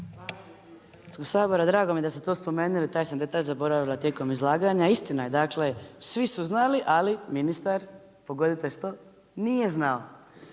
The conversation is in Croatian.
Hvala vam.